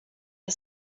the